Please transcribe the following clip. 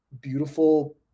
beautiful